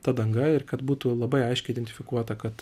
ta danga ir kad būtų labai aiškiai identifikuota kad